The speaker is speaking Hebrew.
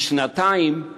לפני כשנתיים,